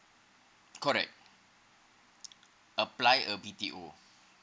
correct apply a B_T_O